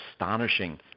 astonishing